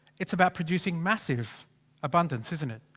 it's about producing massive abundance, isn't it?